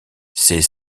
ses